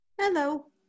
Hello